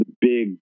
big